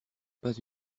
pas